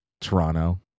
Toronto